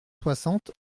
soixante